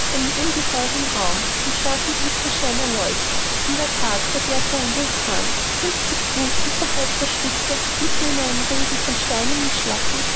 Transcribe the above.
einen ungeheuern raum von starkem blitzesschein erleuchtet in der that der berg war ein vulkan fünfzig fuß unterhalb der spitze mitten in einem regen von steinen und schlacken